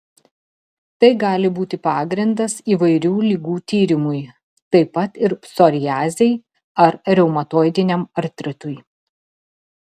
tai gali būti pagrindas įvairių ligų tyrimui taip pat ir psoriazei ar reumatoidiniam artritui